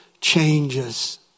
changes